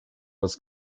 was